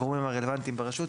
הגורמים הרלוונטיים ברשות,